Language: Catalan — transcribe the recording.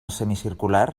semicircular